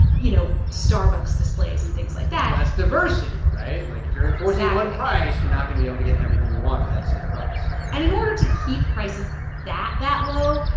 you know, starbucks displays and things like that less diversity, right? like, if you're enforcing. exactly. one price, you're not going to be able to get everything you want for that same price and in order to keep prices that that low,